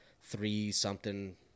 three-something